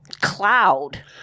cloud